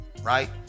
Right